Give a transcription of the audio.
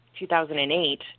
2008